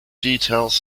details